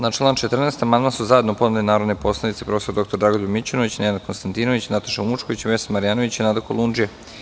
Na član 14. amandman su zajedno podneli narodni poslanici prof. dr Dragoljub Mićunović, Nenad Konstantinović, Nataša Vučković, Vesna Marjanović i Nada Kolundžija.